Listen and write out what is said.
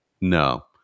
No